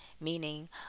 meaning